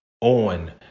on